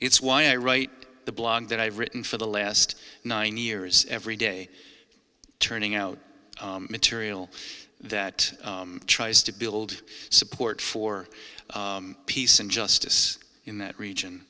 it's why i write the blog that i've written for the last nine years every day turning out material that tries to build support for peace and justice in that region